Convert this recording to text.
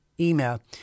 email